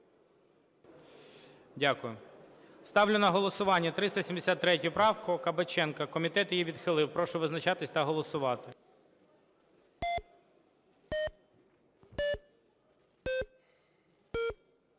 Дякую. Ставлю на голосування 373 правку Кабаченка. Комітет її відхилив. Прошу визначатись та голосувати.